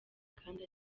kandi